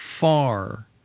far